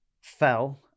fell